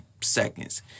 seconds